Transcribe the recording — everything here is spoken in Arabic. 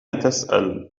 تسأل